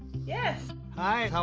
yes. hi, how